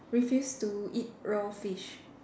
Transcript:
refuse to eat raw fish